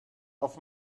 auf